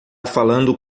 falando